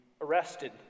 arrested